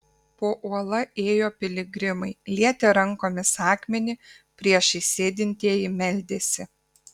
po uola ėjo piligrimai lietė rankomis akmenį priešais sėdintieji meldėsi